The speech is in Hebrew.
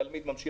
התלמיד יכול